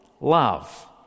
love